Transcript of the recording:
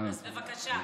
אז בבקשה,